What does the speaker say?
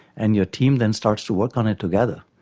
and your team then starts to work on it together.